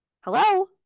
Hello